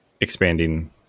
expanding